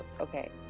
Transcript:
okay